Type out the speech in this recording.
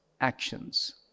actions